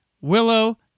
Willow